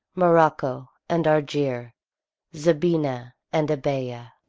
morocco, and argier zabina and ebea.